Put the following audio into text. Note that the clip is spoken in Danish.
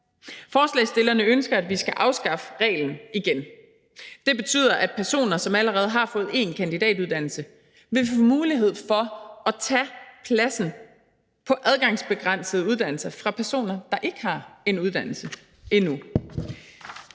Forslagsstillerne ønsker, at vi skal afskaffe reglen igen. Der betyder, at personer, som allerede har fået én kandidatuddannelse, vil få mulighed for at tage pladsen på adgangsbegrænsede uddannelser fra personer, der ikke har en uddannelse endnu.